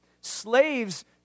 Slaves